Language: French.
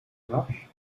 marche